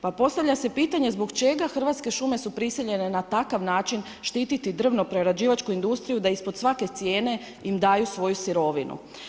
Pa postavlja se pitanje zbog čega Hrvatske šume su prisiljene na takav način štititi drvno-prerađivačku industriju da ispod svake cijene ima daju svoju sirovinu.